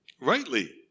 rightly